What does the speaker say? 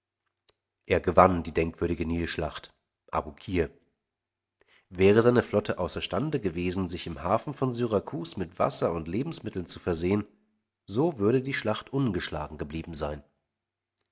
er gewann die denkwürdige nilschlacht abukir wäre seine flotte außerstande gewesen sich im hafen von syrakus mit wasser und lebensmitteln zu versehen so würde die schlacht ungeschlagen geblieben sein